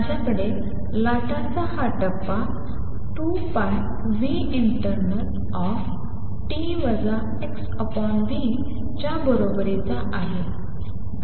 तर माझ्याकडे लाटाचा हा टप्पा 2πinternalt xv च्या बरोबरीचा आहे